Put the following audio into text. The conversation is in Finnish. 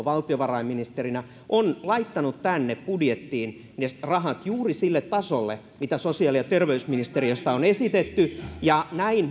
valtiovarainministerinä on laittanut tänne budjettiin ne rahat juuri sille tasolle mitä sosiaali ja terveysministeriöstä on esitetty ja näin